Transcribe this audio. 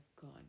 gone